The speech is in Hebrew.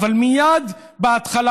אבל מייד בהתחלה,